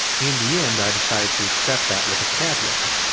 in the end i decided to accept that with a caveat,